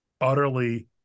utterly